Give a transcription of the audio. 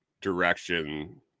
direction